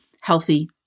healthy